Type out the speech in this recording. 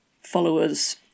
followers